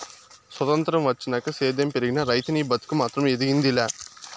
సొత్రంతం వచ్చినాక సేద్యం పెరిగినా, రైతనీ బతుకు మాత్రం ఎదిగింది లా